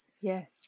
Yes